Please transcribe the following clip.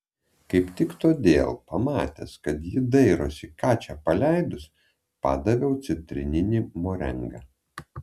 kaip tik todėl pamatęs kad ji dairosi ką čia paleidus padaviau citrininį morengą